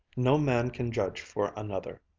no man can judge for another.